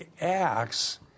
Acts